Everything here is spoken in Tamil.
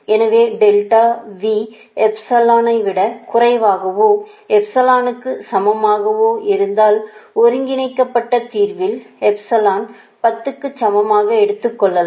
எனவே டெல்டா V எப்சிலானை விட குறைவாகவோ எப்சிலானுக்கு சமமாக இருந்தால் ஒருங்கிணைக்கப்பட்ட தீா்வில் எப்சிலனை 10 க்கு சமமாக எடுத்துக்கொள்ளலாம்